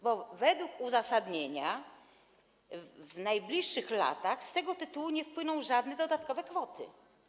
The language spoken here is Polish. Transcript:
Bo według uzasadnienia w najbliższych latach z tego tytułu nie wpłyną żadne dodatkowe kwoty.